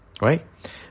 right